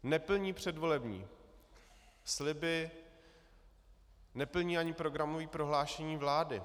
Neplní předvolební sliby, neplní ani programové prohlášení vlády.